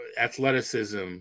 athleticism